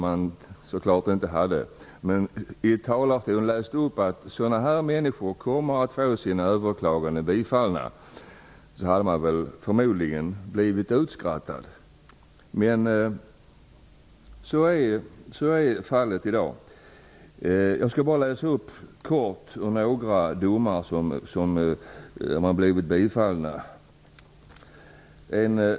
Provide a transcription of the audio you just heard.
Tänk om denne någon hade nämnt att sådana här personer kommer att få sina överklagningsyrkanden bifallna! Då hade han eller hon förmodligen blivit utskrattad. Men så är fallet i dag. Jag skall bara kort nämna några överklaganden, där man har fått bifall.